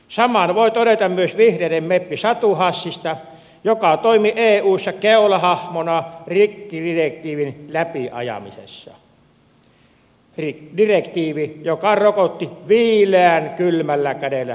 saman voi todeta myös vihreiden meppi satu hassista joka toimi eussa keulahahmona rikkidirektiivin läpi ajamisessa direktiivin joka rokotti viileän kylmällä kädellä suomen teollisuutta